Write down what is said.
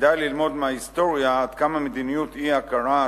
כדאי ללמוד מההיסטוריה עד כמה מדיניות אי-הכרה,